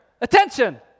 attention